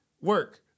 work